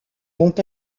vont